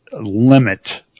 limit